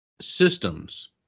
systems